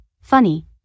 funny